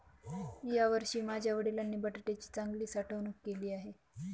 यावर्षी माझ्या वडिलांनी बटाट्याची चांगली साठवणूक केली आहे